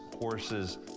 horses